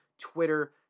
Twitter